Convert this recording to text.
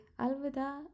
alvida